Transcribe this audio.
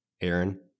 Aaron